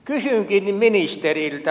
kysynkin ministeriltä